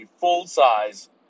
full-size